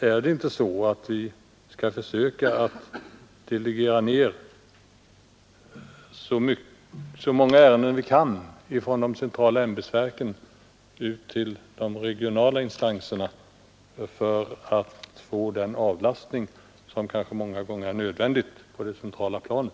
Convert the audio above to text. Är det inte så att vi skall försöka delegera så många ärenden vi kan från de centrala ämbetsverken ut till de regionala instanserna för att få den avlastning som kanske många gånger är nödvändig på det centrala planet?